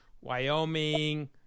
wyoming